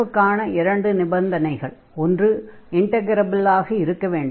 f க்கான இரண்டு நிபந்தனைகள் ஒன்று இன்டக்ரபில் ஆக இருக்க வேண்டும்